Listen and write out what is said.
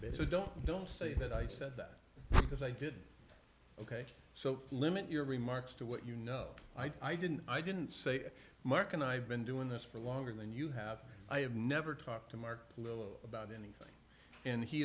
so don't don't say that i said that because i did ok so limit your remarks to what you know i didn't i didn't say marc and i've been doing this for longer than you have i have never talked to mark about anything and he